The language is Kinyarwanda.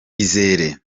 izere